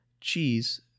cheese